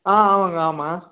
ஆ ஆமாம்ங்க ஆமாம்